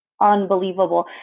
unbelievable